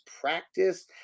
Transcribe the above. practice